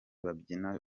babyina